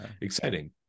exciting